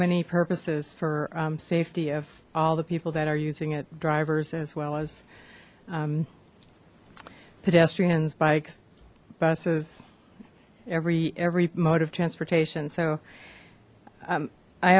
many purposes for safety of all the people that are using it drivers as well as pedestrians bikes buses every every mode of transportation so